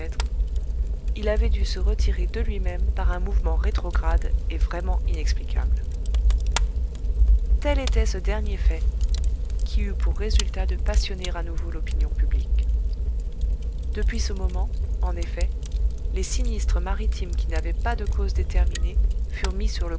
il avait dû se retirer de lui-même par un mouvement rétrograde et vraiment inexplicable tel était ce dernier fait qui eut pour résultat de passionner à nouveau l'opinion publique depuis ce moment en effet les sinistres maritimes qui n'avaient pas de cause déterminée furent mis sur